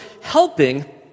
helping